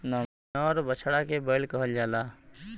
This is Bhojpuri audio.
नर बछड़ा के बैल कहल जाला